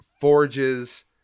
forges